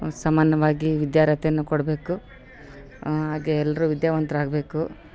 ಸಮಾನವಾಗಿ ವಿದ್ಯಾರ್ಹತೆಯನ್ನು ಕೊಡಬೇಕು ಹಾಗೇ ಎಲ್ಲರು ವಿದ್ಯಾವಂತ್ರು ಆಗಬೇಕು